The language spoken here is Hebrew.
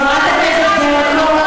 חברת הכנסת ברקו.